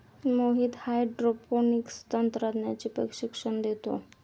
Mohit hydroponics तंत्राचे प्रशिक्षण देतो